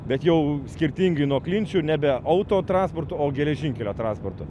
bet jau skirtingai nuo klinčių nebe auto transportu o geležinkelio transportu